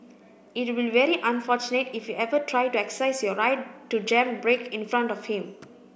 it will very unfortunate if you ever try to exercise your right to jam brake in front of him